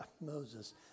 Moses